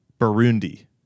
burundi